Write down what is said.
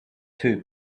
two